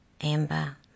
Amber